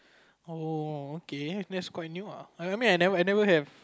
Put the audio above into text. oh okay that's quite new ah I mean I never I never have